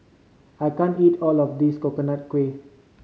I can't eat all of this Coconut Kuih